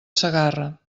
segarra